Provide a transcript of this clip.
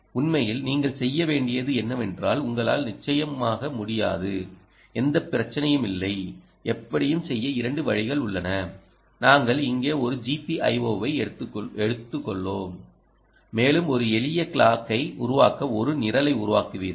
உண்மையில் நீங்கள் செய்ய வேண்டியது என்னவென்றால் உங்களால் நிச்சயமாக முடியாது எந்த பிரச்சனையும் இல்லை எப்படியும் செய்ய இரண்டு வழிகள் உள்ளன நாங்கள் இங்கே ஒரு gpio வை எடுத்துக்கொள்வோம் மேலும் ஒரு எளிய கிளாக்கை உருவாக்க ஒரு நிரலை உருவாக்குவீர்கள்